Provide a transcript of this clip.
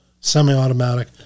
semi-automatic